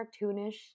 cartoonish